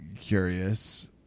curious